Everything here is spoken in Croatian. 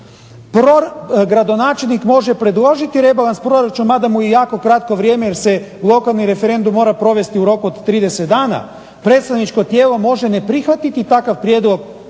Gradonačelnik može predložiti rebalans proračuna mada mu je jako kratko vrijeme jer se lokalni referendum mora provesti u roku od 30 dana, predstavničko tijelo može ne prihvatiti takav prijedlog